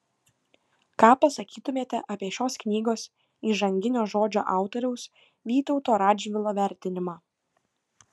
ką pasakytumėte apie šios knygos įžanginio žodžio autoriaus vytauto radžvilo vertinimą